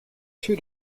two